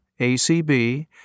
ACB